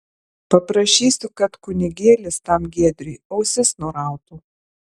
paprašysiu kad kunigėlis tam giedriui ausis nurautų